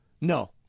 No